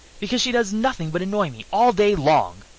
because she does nothing but annoy me all day long,